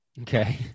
Okay